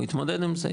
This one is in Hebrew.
הוא יתמודד עם זה.